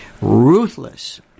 ruthless